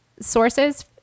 sources